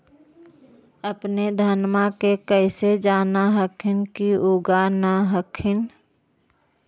अपने धनमा के कैसे जान हखिन की उगा न हखिन?